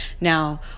now